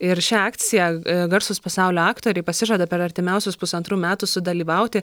ir šią akciją garsūs pasaulio aktoriai pasižada per artimiausius pusantrų metų sudalyvauti